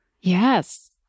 Yes